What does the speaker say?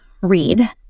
read